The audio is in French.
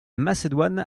macédoine